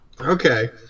Okay